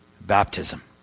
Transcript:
baptism